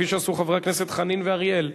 כפי שעשו חברי הכנסת חנין ואריאל.